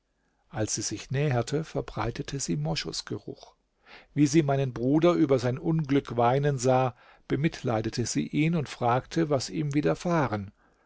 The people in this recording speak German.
als sie sich näherte verbreitete sie moschusgeruch wie sie meinen bruder über sein unglück weinen sah bemitleidete sie ihn und fragte was ihm widerfahren